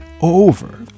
over